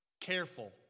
Careful